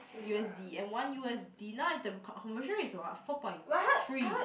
U_S_D and one U_S_D now the conversion is like what four point three